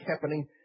happening